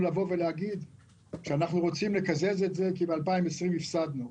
להגיד שאנחנו רוצים לקזז את זה כי ב-2020 הפסדנו.